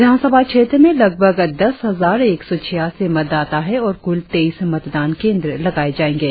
विधानसभा क्षेत्र में लगभग दस हजार एक सौ छियासी मतदाता है और कुल तेईस मतदान केंद्र लगाए जायेंगे